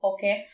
Okay